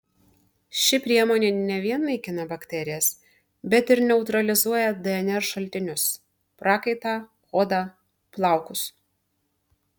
ši priemonė ne vien naikina bakterijas bet ir neutralizuoja dnr šaltinius prakaitą odą plaukus